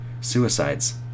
Suicides